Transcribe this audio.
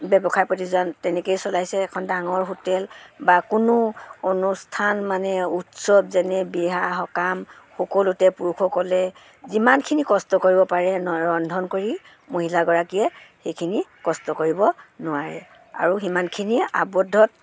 ব্যৱসায় প্ৰতিষ্ঠান তেনেকেই চলাইছে এখন ডাঙৰ হোটেল বা কোনো অনুষ্ঠান মানে উৎসৱ যেনে বিয়া সকাম সকলোতে পুৰুষসকলে যিমানখিনি কষ্ট কৰিব পাৰে ৰন্ধন কৰি মহিলাগৰাকীয়ে সেইখিনি কষ্ট কৰিব নোৱাৰে আৰু সিমানখিনি আৱদ্ধত